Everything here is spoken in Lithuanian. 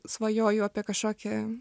svajoju apie kažkokį